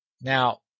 Now